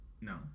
No